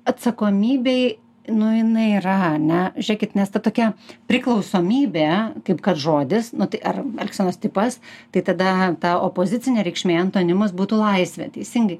atsakomybė nu jinai yra ane žiūrėkit nes ta tokia priklausomybė kaip kad žodis nu tai ar elgsenos tipas tai tada ta opozicinė reikšmė antonimas būtų laisvė teisingai